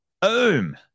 Boom